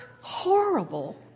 horrible